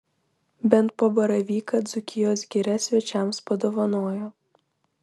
bent po baravyką dzūkijos giria svečiams padovanojo